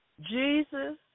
Jesus